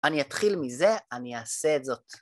אני אתחיל מזה, אני אעשה את זאת.